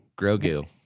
Grogu